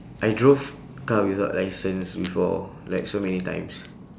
I drove car without licence before like so many times